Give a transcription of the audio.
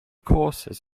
courses